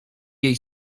jej